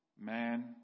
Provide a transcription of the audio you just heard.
man